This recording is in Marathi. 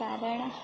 कारण